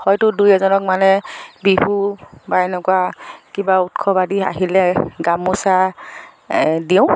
হয়তো দুই এজনক মানে বিহু বা এনেকুৱা কিবা উৎসৱ আদি আহিলে গামোচা দিওঁ